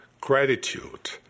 gratitude